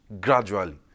gradually